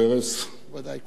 מכובדי כולם.